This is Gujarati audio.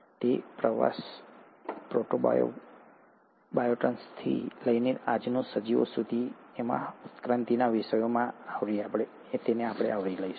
તેથી આ પ્રવાસ પ્રોટોબાયોન્ટ્સથી લઈને આજના સજીવો સુધી અમે તેમને ઉત્ક્રાંતિના વિષયમાં આવરી લઈશું